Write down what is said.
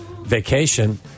vacation